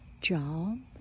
job